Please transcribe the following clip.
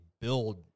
build